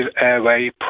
Airway